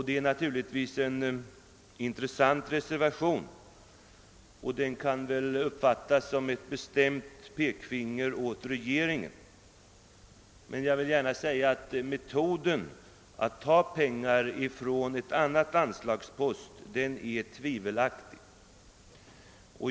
Det är naturligtvis en intressant reservation, som väl kan uppfattas som ett bestämt pekfinger åt regeringen. Jag vill emellertid framhålla att metoden att ta pengar från en annan anslagspost är tvivelaktig.